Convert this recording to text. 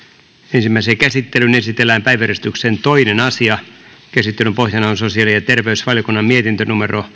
ensimmäiseen käsittelyyn esitellään päiväjärjestyksen toinen asia käsittelyn pohjana on sosiaali ja terveysvaliokunnan mietintö